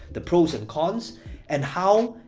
the pros and cons and how,